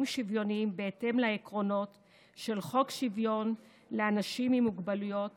שוויוניים בהתאם לעקרונות של חוק שוויון לאנשים עם מוגבלויות